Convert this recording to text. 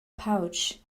pouch